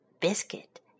biscuit